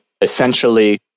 essentially